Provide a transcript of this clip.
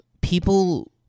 people